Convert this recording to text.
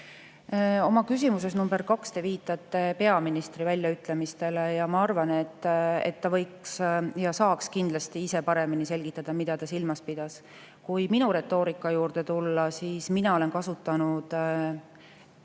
Oma küsimuses nr 2 te viitate peaministri väljaütlemistele ja ma arvan, et ta võiks ja saaks kindlasti ise paremini selgitada, mida ta silmas pidas. Kui minu retoorika juurde tulla, siis mina olen kasutanud